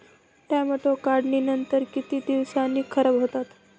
Tomato काढणीनंतर किती दिवसांनी खराब होतात?